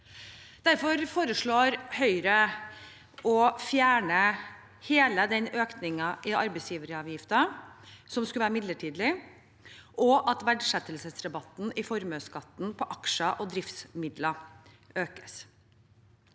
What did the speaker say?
Derfor foreslår Høyre å fjerne hele den økningen i arbeidsgiveravgiften som skulle være midlertidig, og at verdsettelsesrabatten i formuesskatten på aksjer og driftsmidler økes.